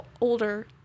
Older